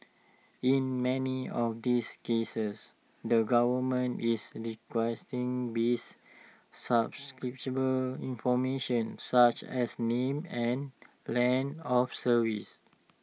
in many of these cases the government is requesting basic subscriber information such as name and length of service